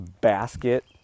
basket